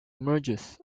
emerges